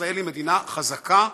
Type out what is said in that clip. ישראל היא מדינה חזקה ובטוחה,